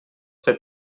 fer